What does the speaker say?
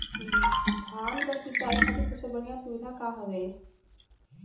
धान क सिंचाई खातिर सबसे बढ़ियां सुविधा का हवे?